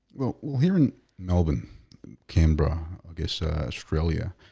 well, well here in melbourne canberra i guess ah australia